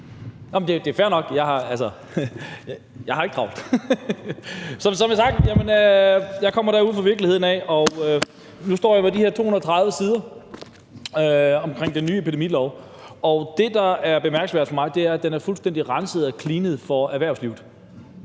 det er fair nok, jeg har ikke travlt. Men som sagt kommer jeg derude fra virkeligheden af, og nu står jeg her med de her 32 sider om den nye epidemilov. Og det, der er bemærkelsesværdigt for mig, er, at den er fuldstændig renset og cleanet for indhold om erhvervslivet.